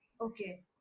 Okay